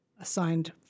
assigned